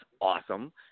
awesome